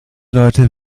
leute